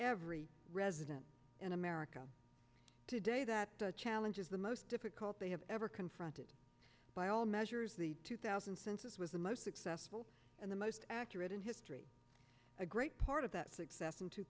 every resident in america today that challenge is the most difficult they have ever confronted by all measures the two thousand census was the most successful and the most accurate in history a great part of that success in two